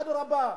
אדרבה.